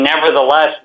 nevertheless